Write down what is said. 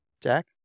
Jack